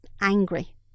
angry